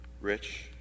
Rich